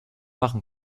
machen